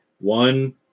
One